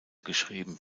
geschrieben